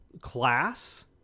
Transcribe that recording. class